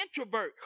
introvert